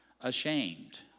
ashamed